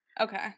Okay